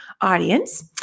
audience